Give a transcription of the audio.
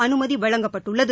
அனுமதி வழங்கப்பட்டுள்ளது